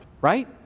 right